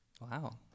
Wow